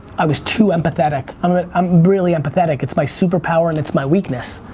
i was too empathetic, i mean i'm really empathetic, it's my superpower and it's my weakness.